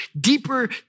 deeper